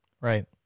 Right